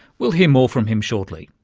we'll hear more from him shortly.